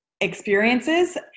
experiences